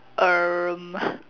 um